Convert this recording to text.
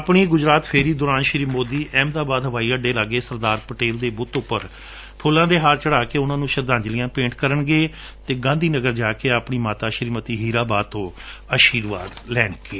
ਆਪਣੀ ਗੁਜਰਾਤ ਫੇਰੀ ਦੌਰਾਨ ਸ਼ੀ ਮੋਦੀ ਅਹਿਮਦਾਬਾਦ ਹਵਾਈ ਅੱਡੇ ਲਾਗੇ ਸਰਦਾਰ ਪਟੇਲ ਦੇ ਬੁੱਤ ਉਂਪਰ ਫੱਲਾਂ ਦੇ ਹਾਰ ਚੜਾ ਕੇ ਉਨਾਂ ਨੰ ਸ਼ਰਧਾਂਜਲੀਆਂ ਭੇਂਟ ਕਰਣਗੇ ਅਤੇ ਗਾਂਧੀਨਗਰ ਜਾ ਕੇ ਆਪਣੀ ਮਾਤਾ ਸ਼ੀਮਤੀ ਹੀਰਾ ਬਾ ਤੋਂ ਆਸ਼ੀਰਵਾਦ ਲੈਂਣਗੇ